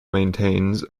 maintains